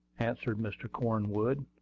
answered mr. cornwood,